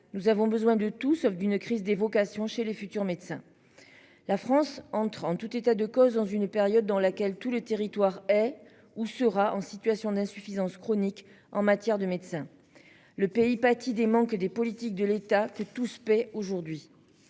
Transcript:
Nous avons besoin de tout sauf d'une crise des vocations chez les futurs médecins. La France entre en tout état de cause, dans une période dans laquelle tout le territoire est ou sera en situation d'insuffisance chronique en matière de médecins. Le pays pâtit dément que des politiques de l'État que tout se paie aujourd'hui.